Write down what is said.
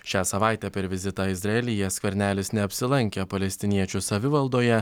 šią savaitę per vizitą izraelyje skvernelis neapsilankė palestiniečių savivaldoje